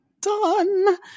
done